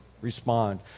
respond